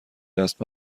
دست